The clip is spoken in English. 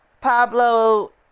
Pablo